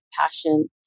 passion